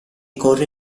corre